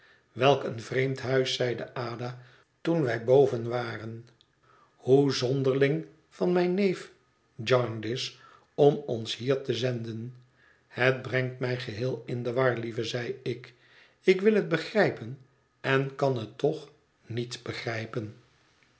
welk een vreemd huis zeide ada toen wij hoven waren hoe zonderling van mijn neef jarndyce om ons hier te zenden het brengt mij geheel in de war lieve zeide ik ik wil het begrijpen en kan het toch niet begrijpen